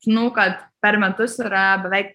žinau kad per metus yra beveik